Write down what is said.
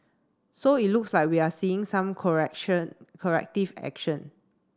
so it looks like we are seeing some correction corrective action